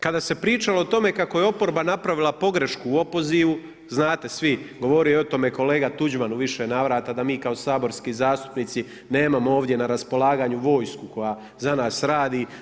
Kada se pričalo o tome kako je oporba napravila pogrešku u opozivu znate svi, govorio je o tome kolega Tuđman u više navrata da mi kao saborski zastupnici nemamo ovdje na raspolaganju vojsku koja za nas radi.